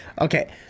Okay